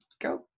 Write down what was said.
go